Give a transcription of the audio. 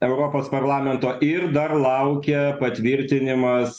europos parlamento ir dar laukia patvirtinimas